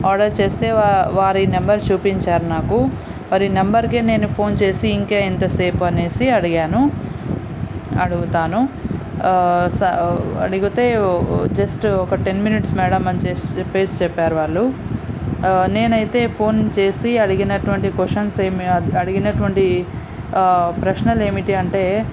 order చేస్తే వా వారి నెంబర్ చూపించారు నాకు వారి నంబర్కి నేను ఫోన్ చేసి ఇంకా ఎంతసేపు అనేసి అడిగాను అడుగుతాను స అడిగితే జస్ట్ ఒక టెన్ మినిట్స్ మ్యాడమ్ అని జస్ట్ చెప్పేసి చెప్పారు వాళ్ళు నేనైతే ఫోన్ చేసి అడిగినటువంటి కొషన్స్ ఏమీ అడిగినటువంటి ప్రశ్నలు ఏమిటి అంటే